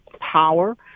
power